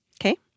Okay